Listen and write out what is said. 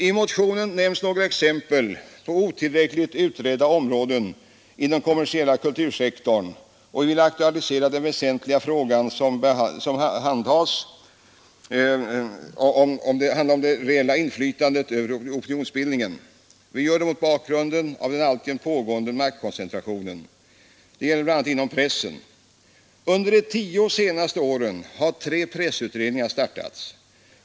I motionen nämns några exempel på otillräckligt utredda områden inom den kommersiella kultursektorn, och vi vill aktualisera den väsentliga fråga som handlar om det reella inflytandet över opinionsbildningen. Vi gör det mot bakgrunden av den alltjämt pågående maktkoncentrationen. Det gäller bl.a. inom pressen. Under de tio senaste åren har tre pressutredningar startats.